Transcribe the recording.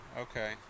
Okay